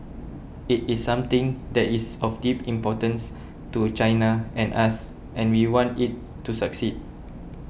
it is something that is of deep importance to China and us and we want it to succeed